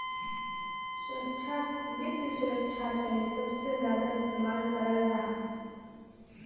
सुरक्षाक वित्त सुरक्षार तने सबसे ज्यादा इस्तेमाल कराल जाहा